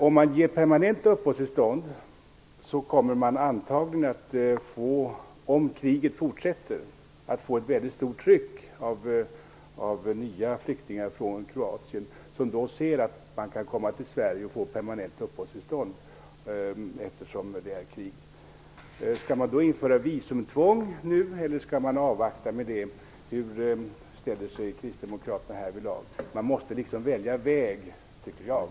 Om man ger permanent uppehållstillstånd kommer det, om kriget fortsätter, förmodligen att bli ett väldigt stort tryck av nya flyktingar från Kroatien, som då ser att de kan komma till Sverige och få permanent uppehållstillstånd på grund av kriget. Skall man då införa visumtvång nu, eller skall man avvakta med det? Hur ställer sig Kristdemokraterna till den frågan? Jag menar att man här måste välja väg.